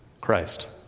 Christ